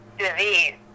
disease